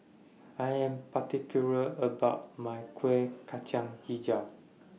I Am particular about My Kuih Kacang Hijau